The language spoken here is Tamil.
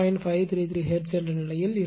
533 ஹெர்ட்ஸ் நிலையில் இருக்கும்